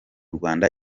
rwanda